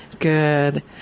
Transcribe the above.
Good